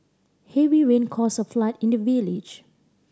heavy rain caused a flood in the village